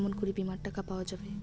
কেমন করি বীমার টাকা পাওয়া যাবে?